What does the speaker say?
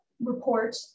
report